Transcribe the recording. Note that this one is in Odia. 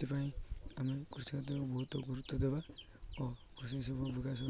ସେଥିପାଇଁ ଆମେ କୃଷି କାର୍ଯ୍ୟକୁ ବହୁତ ଗୁରୁତ୍ୱ ଦେବା ଓ କୃଷି ସବୁ ବିକାଶ